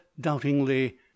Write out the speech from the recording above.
doubtingly